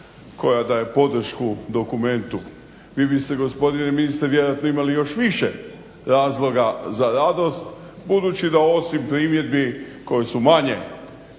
koja daje podršku dokumentu. Vi biste gospodine ministre vjerojatno imali još više razloga za radost budući da osim primjedbi koje su manje